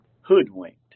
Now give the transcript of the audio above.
hoodwinked